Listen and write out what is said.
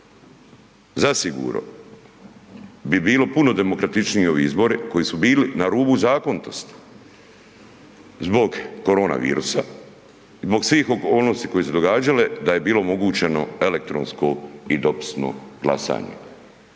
Zasigurno bi bilo puno demokratičnije ovi izbori koji su bili na rubu zakonitosti zbog koronavirusa, zbog svih okolnosti koje su se događale, da je bilo omogućeno elektronsko i dopisno glasanje.